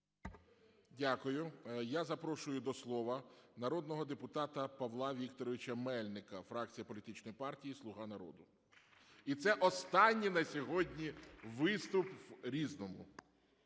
Дякую. Я запрошую до слова народного депутата Павла Вікторовича Мельника, фракція політичної партії "Слуга народу". І це останній на сьогодні виступ в "Різному".